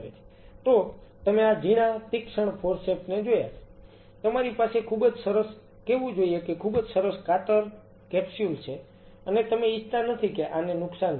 તો તમે આ જીણા તીક્ષ્ણ ફોર્સેપ્સ ને જોયા છે તમારી પાસે ખૂબ જ સરસ કહેવું જોઈએ કે ખૂબ જ સરસ કાતર કેપ્સ્યુલ્સ છે અને તમે ઇચ્છતા નથી કે આને નુકસાન થાય